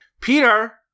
Peter